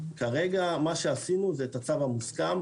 כרגע מה שעשינו זה את הצו המוסכם.